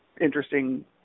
interesting